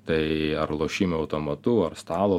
tai ar lošimai automatu ar stalo